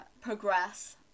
progress